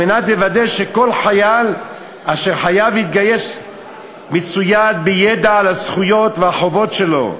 כדי לוודא שכל חייל שחייב להתגייס מצויד בידע על הזכויות והחובות שלו,